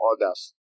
others